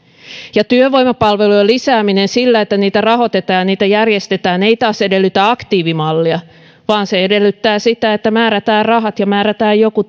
ja työvoimapalvelujen lisääminen sillä että niitä rahoitetaan ja niitä järjestetään ei taas edellytä aktiivimallia vaan se edellyttää sitä että määrätään rahat ja määrätään joku